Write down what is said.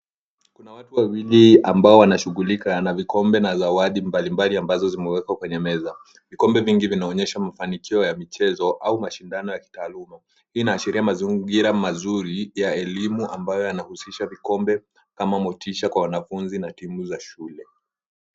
Kuna watu wawili ambao wanashughulika na vikombe na zawadi mbalimbali ambazo zimewekwa kwenye meza. Vikombe vingine vinaonyesha mafanikio ya michezo au mashindano ya kitaaluma. Hii inaashiria mazingira mazuri ya elimu ambayo yanahusisha vikombe kama motisha kwa wanafunzi na timu za shule.